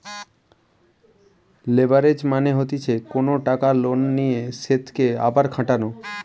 leverage মানে হতিছে কোনো টাকা লোনে নিয়ে সেতকে আবার খাটানো